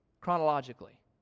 chronologically